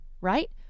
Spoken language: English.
right